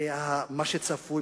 ומה שצפוי,